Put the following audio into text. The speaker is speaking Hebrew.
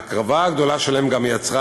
ההקרבה הגדולה שלהם גם יצרה,